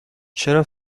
چرا